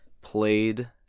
played